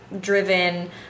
driven